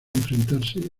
enfrentarse